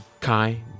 Kai